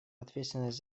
ответственность